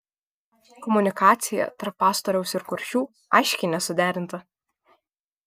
komunikacija tarp pastoriaus ir kuršių aiškiai nesuderinta